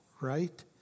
right